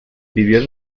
vivió